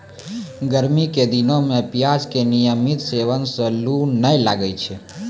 गर्मी के दिनों मॅ प्याज के नियमित सेवन सॅ लू नाय लागै छै